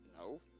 no